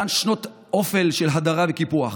אל אותן שנות אופל של הדרה וקיפוח.